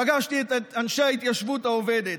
פגשתי את אנשי ההתיישבות העובדת.